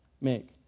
make